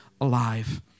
alive